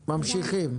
ממשיכים.